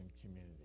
community